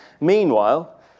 meanwhile